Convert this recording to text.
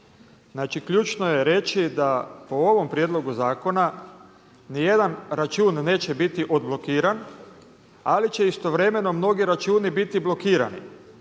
Znači, ključno je reći da po ovom prijedlogu zakona nijedan račun neće biti odblokiran ali će istovremeno mnogi računi biti blokirani.